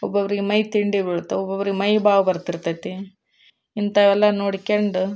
ಒಬ್ಬೊಬ್ಬರಿಗೆ ಮೈ ತಿಂಡಿ ಬೀಳ್ತವೆ ಒಬ್ಬೊಬ್ಬರಿಗೆ ಮೈ ಬಾವು ಬರ್ತಿರ್ತೈತಿ ಇಂಥವೆಲ್ಲ ನೋಡಿಕೊಂಡು